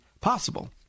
possible